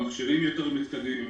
המכשירים יותר מתקדמים,